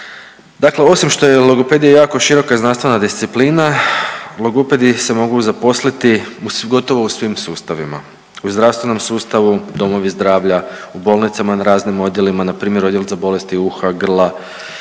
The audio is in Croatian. Dakle, osim što je logopedija jako široka znanstvena disciplina logopedi se mogu zaposliti gotovo u svim sustavima, u zdravstvenom sustavu, domovi zdravlja, u bolnicama na raznim odjelima. Na primjer Odjel za bolesti uha, grla